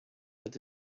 with